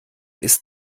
ist